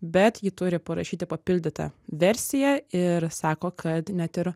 bet ji turi parašyti papildytą versiją ir sako kad net ir